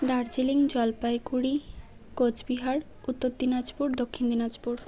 Darjeeling Jalpaiguri Cooch Behar Uttar Dinajpur Dakshin Dinajpur